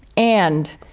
and,